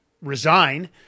resign